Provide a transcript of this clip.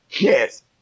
Yes